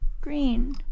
Green